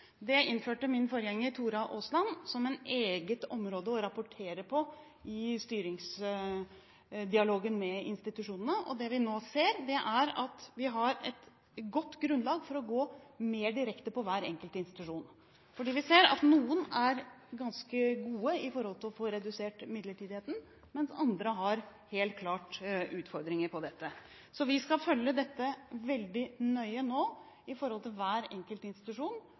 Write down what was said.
Det innførte min forgjenger, Tora Aasland, som et eget område å rapportere på i styringsdialogen med institusjonene. Det vi nå ser, er at vi har et godt grunnlag for å gå mer direkte på hver enkelt institusjon. Vi ser at noen er ganske gode med å få redusert midlertidigheten, mens andre helt klart har utfordringer med dette. Vi skal nå følge dette veldig nøye overfor hver enkelt institusjon med klare forventninger til